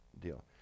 deal